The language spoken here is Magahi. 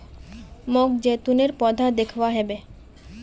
मोक जैतूनेर पौधा दखवा ह बे